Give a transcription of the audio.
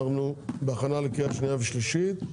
אנחנו בהכנה לקריאה שנייה ושלישית.